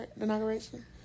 inauguration